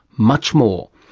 much more.